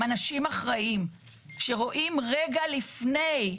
הם אנשים אחראים, שרואים רגע לפני,